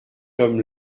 homme